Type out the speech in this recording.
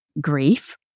grief